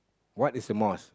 what is the most